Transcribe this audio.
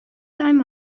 time